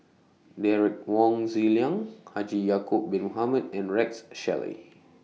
Derek Wong Zi Liang Haji Ya'Acob Bin Mohamed and Rex Shelley